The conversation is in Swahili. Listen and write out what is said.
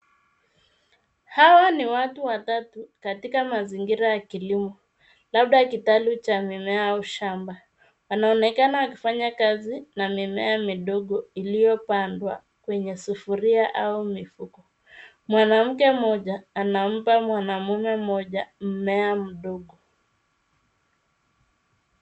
Hawa ni watu watatu katika mazingira ya kilimo labda kitalu cha mimea au shamba. Wanaonekana waki fanya kazi na mimea midogo iliyo pandwa kwenye sufuria au mifuko . Mwanamke mmoja anampa mwanamme mmoja mmea mdogo.